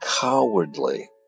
cowardly